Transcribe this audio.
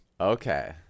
Okay